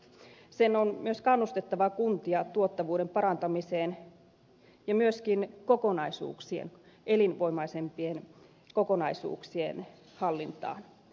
sen on myös kannustettava kuntia tuottavuuden parantamiseen ja myöskin elinvoimaisempien kokonaisuuksien hallintaan